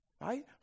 right